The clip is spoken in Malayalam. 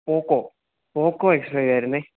Poco Poco X ഫൈവായിരുന്നു